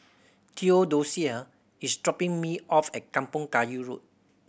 Theodosia is dropping me off at Kampong Kayu Road